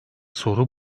soru